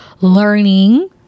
learning